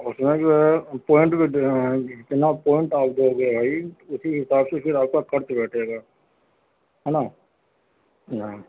اُس میں جو ہے پینٹ بھی دینا جتنا پینٹ آپ دو گے بھائی اسی حساب سے پھر آپ کا خرچ بیٹھے گا ہے نا جی ہاں